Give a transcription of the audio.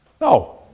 No